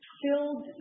filled